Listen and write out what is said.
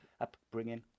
upbringing